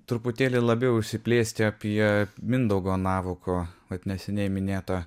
truputėlį labiau išsiplėsti apie mindaugo navako vat neseniai minėtą